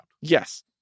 Yes